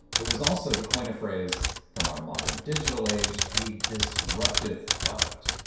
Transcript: it was also, to coin a phrase from our modern digital age, a disruptive product,